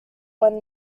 when